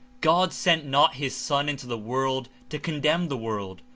god sent not his son into the world to condemn the world,